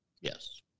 Yes